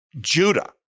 Judah